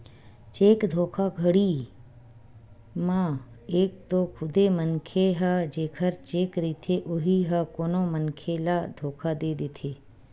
cheque धोखाघड़ी म एक तो खुदे मनखे ह जेखर चेक रहिथे उही ह कोनो मनखे ल धोखा दे देथे